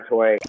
Toy